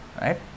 Right